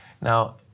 Now